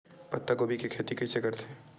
पत्तागोभी के खेती कइसे करथे?